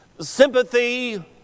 Sympathy